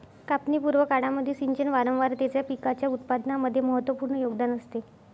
कापणी पूर्व काळामध्ये सिंचन वारंवारतेचा पिकाच्या उत्पादनामध्ये महत्त्वपूर्ण योगदान असते